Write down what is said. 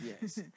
yes